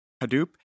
Hadoop